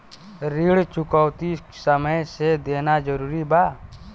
ऋण चुकौती समय से देना जरूरी बा?